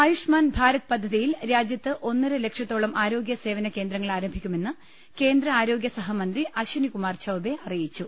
ആയുഷ്മാൻ ഭാരത് പദ്ധതിയിൽ രാജ്യത്ത് ഒന്നര ലക്ഷത്തോളം ആരോഗ്യ സേവനകേന്ദ്രങ്ങൾ ആരംഭിക്കുമെന്ന് കേന്ദ്ര ആരോഗ്യസഹ മന്ത്രി അശ്വനി കുമാർ ചൌബെ അറിയിച്ചു